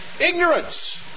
ignorance